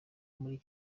muri